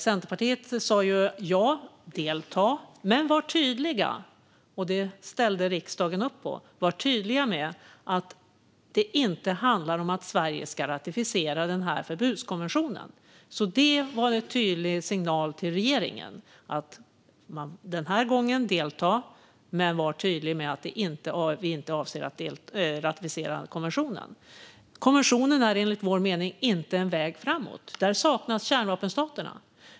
Centerpartiet sa - och det ställde riksdagen upp på - att vi skulle delta men vara tydliga med att det inte handlar om att Sverige ska ratificera förbudskonventionen. Det var en tydlig signal till regeringen: Delta den här gången, men var tydlig med att vi inte avser att ratificera konventionen. Konventionen är enligt vår mening inte en väg framåt. Där saknas kärnvapenstaterna.